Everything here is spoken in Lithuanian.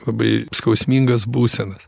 labai skausmingas būsenas